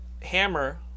Hammer